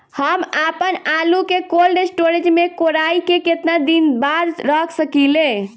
हम आपनआलू के कोल्ड स्टोरेज में कोराई के केतना दिन बाद रख साकिले?